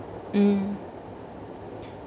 mm